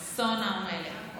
סון הר מלך.